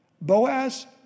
Boaz